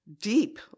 deep